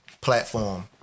platform